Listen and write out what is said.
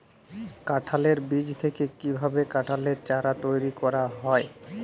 কাঁঠালের বীজ থেকে কীভাবে কাঁঠালের চারা তৈরি করা হয়?